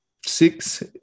six